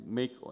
make